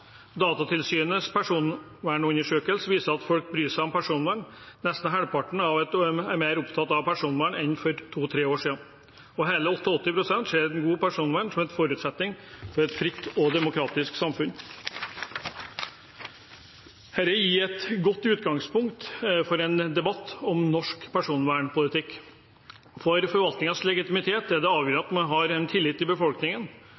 Datatilsynets personvernundersøkelse viser at folk bryr seg om personvern. Nesten halvparten er mer opptatt av personvern enn for to–tre år siden, og hele 88 pst. ser godt personvern som en forutsetning for et fritt og demokratisk samfunn. Dette gir et godt utgangspunkt for en debatt om norsk personvernpolitikk. For forvaltningens legitimitet er det avgjørende at man har tillit i befolkningen,